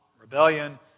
rebellion